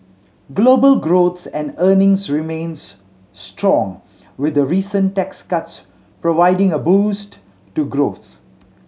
global growth and earnings remains strong with the recent tax cuts providing a boost to growth